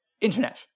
Internet